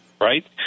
Right